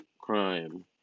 crime